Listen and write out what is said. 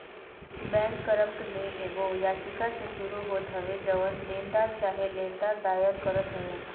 bankrupt में एगो याचिका से शुरू होत हवे जवन देनदार चाहे लेनदार दायर करत हवे